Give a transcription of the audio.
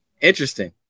interesting